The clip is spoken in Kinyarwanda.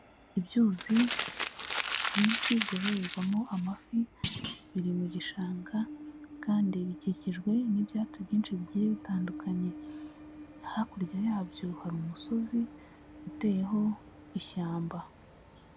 Ibyuzi byinshi byoroherwamo amafi, biri mu gishanga kandi bikikijwe n'ibyatsi byinshi bigiye bitandukanye. Hakurya yabyo hari umusozi uteyeho ishyamba.